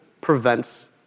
prevents